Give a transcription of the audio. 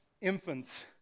infants